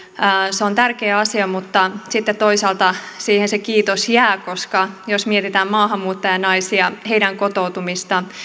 se on tärkeä asia mutta sitten toisaalta siihen se kiitos jää koska jos mietitään maahanmuuttajanaisia heidän kotoutumistaan